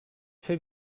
fer